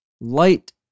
Light